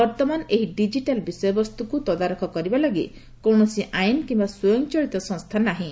ବର୍ତ୍ତମାନ ଏହି ଡିକିଟାଲ୍ ବିଷୟବସ୍ତୁକୁ ତଦାରଖ କରିବା ଲାଗି କୌଣସି ଆଇନ କିମ୍ବା ସ୍ପୟଂଚାଳିତ ସଂସ୍ଥା ନାହିଁ